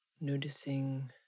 Noticing